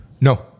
no